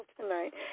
tonight